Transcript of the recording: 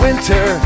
Winter